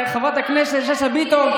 חברת הכנסת שאשא ביטון,